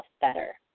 better